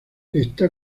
está